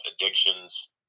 addictions